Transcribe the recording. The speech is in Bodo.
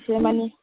एसे मानि